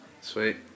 sweet